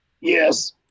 Yes